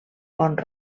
pont